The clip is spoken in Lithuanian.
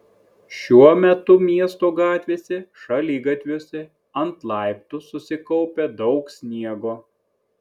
šiuo metu miesto gatvėse šaligatviuose ant laiptų susikaupę daug sniego